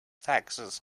taxes